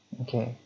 okay